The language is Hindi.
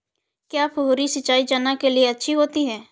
क्या फुहारी सिंचाई चना के लिए अच्छी होती है?